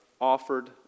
offered